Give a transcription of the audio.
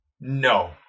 No